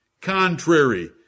contrary